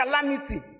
calamity